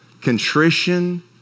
contrition